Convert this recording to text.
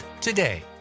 today